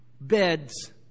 beds